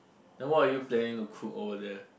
then what are you planning to cook over there